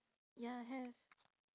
ya have